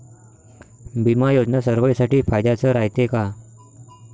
बिमा योजना सर्वाईसाठी फायद्याचं रायते का?